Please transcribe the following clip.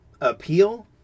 appeal